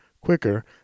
quicker